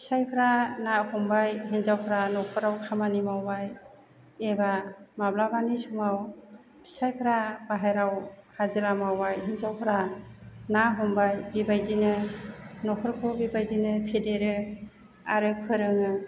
फिसायफ्रा ना हमबाय हिन्जावफ्रा नखराव खामानि मावबाय एबा माब्लाबानि समाव फिसायफ्रा बाहेरायाव हाजिरा मावबाय हिन्जावफ्रा ना हमबाय बेबायदिनो नखरखौ बेबायदिनो फेदेरो आरो फोरोङो